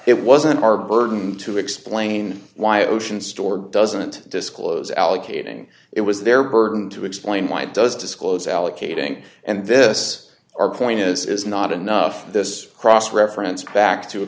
it wasn't our burden to explain why ocean store doesn't disclose allocating it was their burden to explain why does disclose allocating and this our coyness is not enough this cross reference back to a